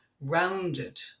rounded